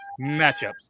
matchups